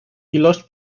ilość